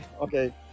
okay